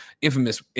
infamous